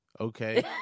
Okay